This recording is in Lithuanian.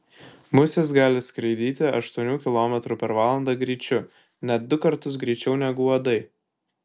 musės gali skraidyti aštuonių kilometrų per valandą greičiu net du kartus greičiau negu uodai